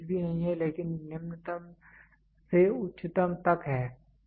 range कुछ भी नहीं है लेकिन निम्नतम से उच्चतम तक है